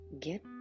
get